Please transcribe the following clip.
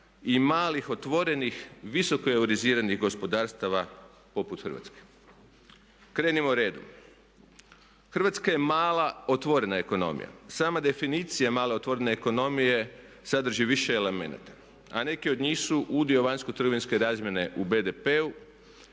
i malih otvorenih visoko euroiziranih gospodarstava poput Hrvatske. Krenimo redom. Hrvatska je mala otvorena ekonomija. Sama definicija male otvorene ekonomije sadrži više elemenata, a neki od njih su udio vanjsko trgovinske razmjene u BDP-u,